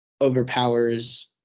overpowers